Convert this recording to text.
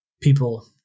people